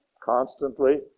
constantly